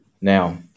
Now